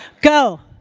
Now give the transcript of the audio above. go